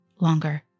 longer